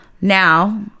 now